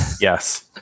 Yes